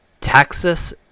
Texas